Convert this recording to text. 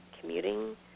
commuting